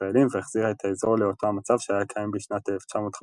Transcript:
ישראלים והחזירה את האזור לאותו המצב שהיה קיים בשנת 1956